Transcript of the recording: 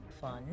Fun